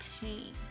pain